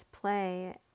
play